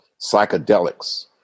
psychedelics